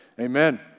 Amen